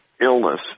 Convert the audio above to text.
illness